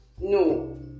no